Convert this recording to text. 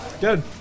good